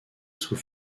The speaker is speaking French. sous